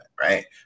right